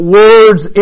words